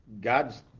God's